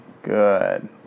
Good